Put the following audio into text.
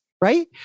right